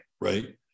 right